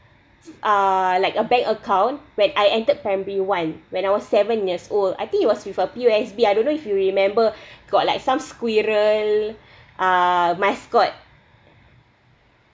uh like a bank account when I entered primary one when I was seven years old I think it was with uh P_O_S_B I don't know if you remember got like some squirrel uh mascot